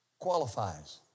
qualifies